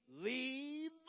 Leave